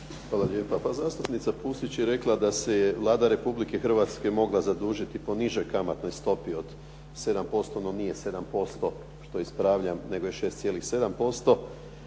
Hvala lijepa. Pa zastupnica Pusić je rekla da se Vlada Republike Hrvatske mogla zadužiti po nižoj kamatnoj stopi od 7%, no nije 7% što ispravljam nego je 6,7%.